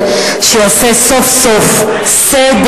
תירגעי.